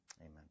Amen